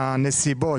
בעניין הנסיבות.